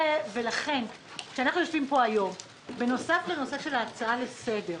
לכן, בנוסף לנושא של ההצעה לסדר,